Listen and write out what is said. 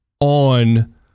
on